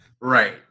right